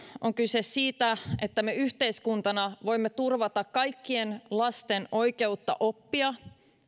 on kyse siitä että me yhteiskuntana voimme turvata kaikkien lasten oikeutta oppia